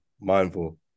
Mindful